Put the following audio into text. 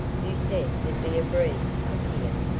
you said there'd be a breeze up here.